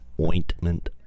Ointment